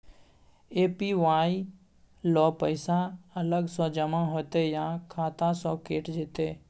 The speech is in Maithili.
ए.पी.वाई ल पैसा अलग स जमा होतै या खाता स कैट जेतै?